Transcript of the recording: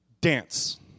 dance